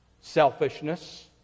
selfishness